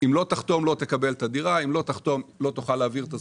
אם לא תחתום לא תקבל את הדירה,